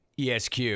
ESQ